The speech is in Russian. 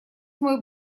мой